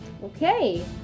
Okay